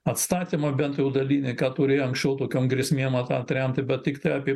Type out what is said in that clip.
atstatymą bent jau dalinį ką turėjo anksčiau tokiom grėsmėm atremti bet tiktai apie